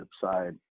side